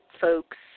folks